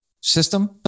system